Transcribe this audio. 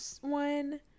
one